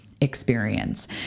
experience